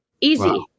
easy